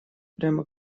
прямо